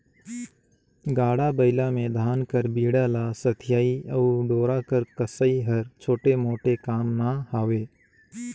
गाड़ा बइला मे धान कर बीड़ा ल सथियई अउ डोरा कर कसई हर छोटे मोटे काम ना हवे